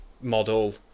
model